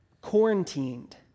quarantined